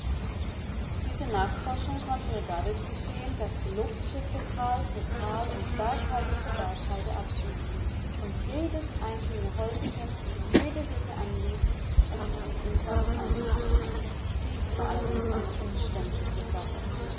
diese nachforschung konnte nur dadurch geschehen daß die luftschiffe tal für tal und berghalde für berghalde absuchten und jedes einzelne häuschen jede hütte anliefen um sich die insassen anzusehen dies war allerdings eine umständliche sache